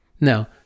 Now